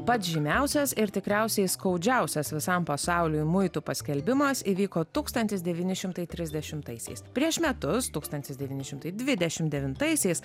pats žymiausias ir tikriausiai skaudžiausias visam pasauliui muitų paskelbimas įvyko tūkstantis devyni šimtai trisdešimtaisiais prieš metus tūkstantis devyni šimtai dvidešimt devintaisiais